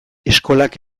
eskolak